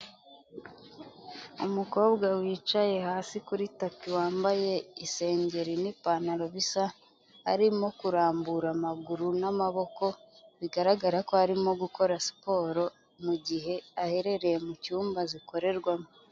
Umukobwa wicaye hasi kuri tapi wambaye isengeri nipantaro bisa, arimo kurambura amaguru n'amaboko bigaragara ko arimo gukora siporo mu gihe aherereye mu cyumba zikorerwamo.